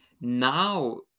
Now